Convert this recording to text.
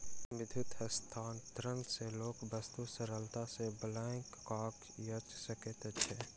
विद्युत हस्तांतरण सॅ लोक बहुत सरलता सॅ बैंकक काज कय सकैत अछि